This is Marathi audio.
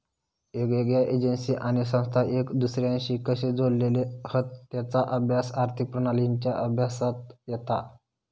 येगयेगळ्या एजेंसी आणि संस्था एक दुसर्याशी कशे जोडलेले हत तेचा अभ्यास आर्थिक प्रणालींच्या अभ्यासात येता